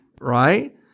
right